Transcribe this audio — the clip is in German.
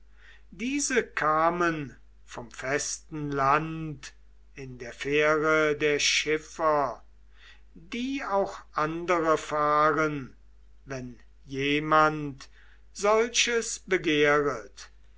diese kamen vom festen land in der fähre der schiffer die auch andere fahren wenn jemand solches begehret